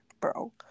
bro